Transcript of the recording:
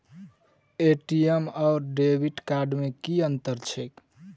ATM आओर debit card मे की अंतर छैक?